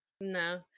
No